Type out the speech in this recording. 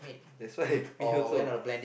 that's why me also